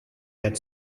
had